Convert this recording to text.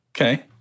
Okay